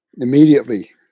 Immediately